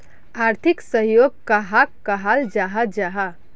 आर्थिक सहयोग कहाक कहाल जाहा जाहा?